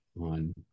on